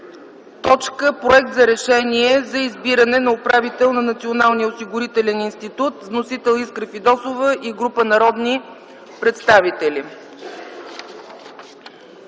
водите. Проект за решение за избиране на управител на Националния осигурителен институт. Вносители са Искра Фидосова и група народни представители.